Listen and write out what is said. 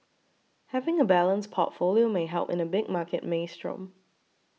having a balanced portfolio may help in a big market maelstrom